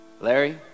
Larry